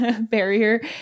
barrier